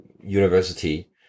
university